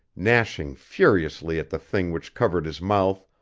gnashing furiously at the thing which covered his mouth,